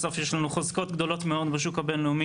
בסוף יש לנו חוזקות גדולות מאוד בשוק הבין-לאומי